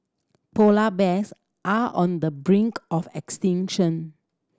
polar bears are on the brink of extinction